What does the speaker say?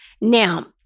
Now